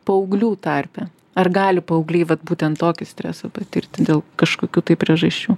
paauglių tarpe ar gali paaugliai vat būtent tokį stresą patirti dėl kažkokių tai priežasčių